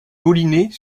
molinet